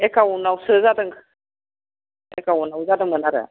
एकाउन्टावसो जादों एकाउन्टाव जादोंमोन आरो